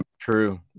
True